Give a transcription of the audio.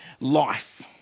life